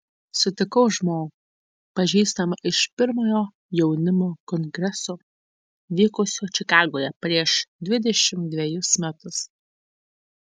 sutikau žmogų pažįstamą iš pirmojo jaunimo kongreso vykusio čikagoje prieš dvidešimt dvejus metus